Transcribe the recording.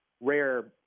rare